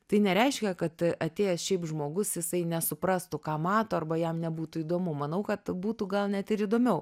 tai nereiškia kad atėjęs šiaip žmogus jisai nesuprastų ką mato arba jam nebūtų įdomu manau kad būtų gal net ir įdomiau